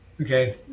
Okay